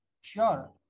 Sure